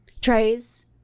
Trays